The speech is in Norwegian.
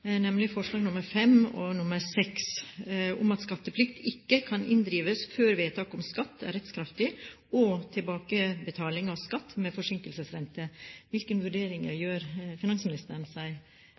nemlig forslag nr. 5, om at skattekrav ikke kan inndrives før vedtak om skatt er rettskraftig, og forslag nr. 6, om tilbakebetaling av skatt med forsinkelsesrente. Hvilke vurderinger